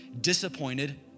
disappointed